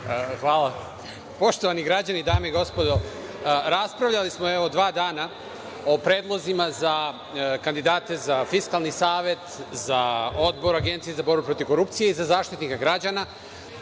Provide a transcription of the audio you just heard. Hvala. Poštovani građani, dame i gospodo, raspravljali smo, evo, dva dana o predlozima za kandidate za Fiskalni savet, za Odbor Agencije za borbu protiv korupcije i za Zaštitnika građana